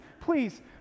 please